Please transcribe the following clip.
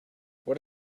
what